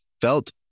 felt